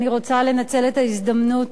אני רוצה לנצל את ההזדמנות,